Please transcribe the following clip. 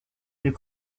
mais